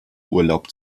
urlaub